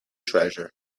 treasure